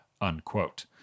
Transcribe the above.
unquote